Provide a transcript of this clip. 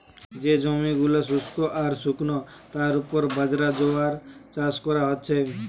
যে জমি গুলা শুস্ক আর শুকনো তার উপর বাজরা, জোয়ার চাষ কোরা হচ্ছে